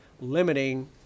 limiting